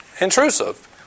intrusive